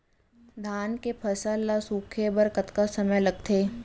धान के फसल ल सूखे बर कतका समय ल लगथे?